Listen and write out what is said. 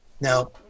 Now